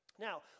Now